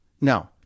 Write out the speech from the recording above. No